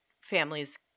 families